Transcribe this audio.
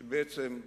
שבעצם,